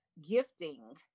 gifting